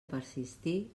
persistir